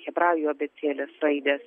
hebrajų abėcėlės raidės